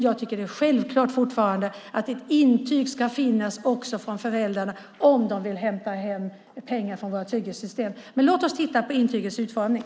Jag tycker fortfarande att det är självklart att det ska finnas ett intyg från föräldrarna om de vill hämta hem pengar från våra trygghetssystem. Låt oss titta på intygets utformning.